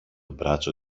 μπράτσο